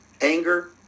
anger